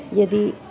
यदि